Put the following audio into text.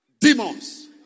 Demons